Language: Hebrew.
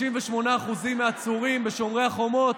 38% מהעצורים בשומר החומות